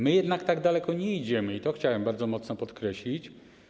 My jednak tak daleko nie idziemy i to chciałbym bardzo mocno podkreślić.